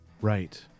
Right